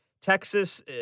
Texas